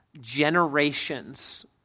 generations